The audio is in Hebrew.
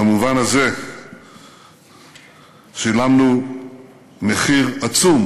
במובן הזה שילמנו מחיר עצום